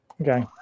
Okay